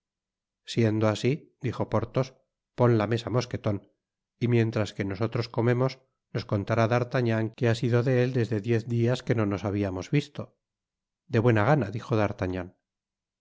siendo así lijo porthos pon la mesa mosqueton y mientras que nosotros comeremos nos contará d'artagnan que ha sido de él desde diez dias quino nos habiamos visto de buena gana dijo